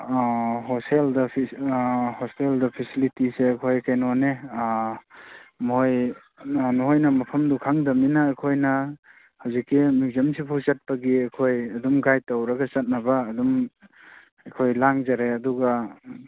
ꯑꯥ ꯍꯣꯁꯇꯦꯜꯗ ꯐꯦꯁꯤꯂꯤꯇꯤꯁꯦ ꯀꯔꯤ ꯀꯔꯤꯅꯣꯅꯦ ꯃꯣꯏ ꯅꯣꯏꯅ ꯃꯐꯝꯗꯨ ꯈꯪꯗꯕꯅꯤꯅ ꯑꯩꯈꯣꯏꯅ ꯍꯧꯖꯤꯛꯀ ꯃ꯭ꯌꯨꯖꯤꯌꯝ ꯁꯤꯐꯥꯎ ꯆꯠꯄꯒꯤ ꯑꯩꯈꯣꯏ ꯑꯗꯨꯝ ꯒꯥꯏꯗ ꯇꯧꯔꯒ ꯆꯠꯅꯕ ꯑꯗꯨꯝ ꯑꯩꯈꯣꯏ ꯂꯥꯡꯖꯔꯦ ꯑꯗꯨꯒ ꯎꯝ